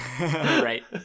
right